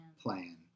plan